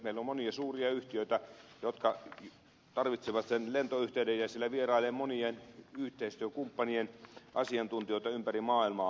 meillä on monia suuria yhtiöitä jotka tarvitsevat lentoyhteyden ja siellä vierailee monien yhteistyökumppanien asiantuntijoita ympäri maailmaa